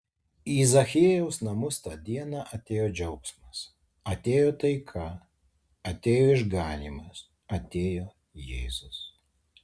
į zachiejaus namus tą dieną atėjo džiaugsmas atėjo taika atėjo išganymas atėjo jėzus